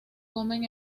comen